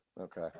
Okay